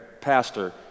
pastor